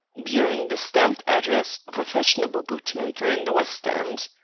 bearing the stamped address of a fashionable boot-maker in the west end.